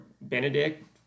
Benedict